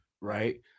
Right